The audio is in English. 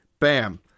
Bam